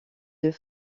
deux